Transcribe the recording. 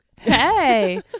Hey